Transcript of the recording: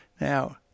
Now